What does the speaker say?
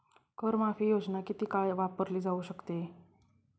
कर माफी योजना किती काळ वापरली जाऊ शकते?